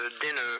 dinner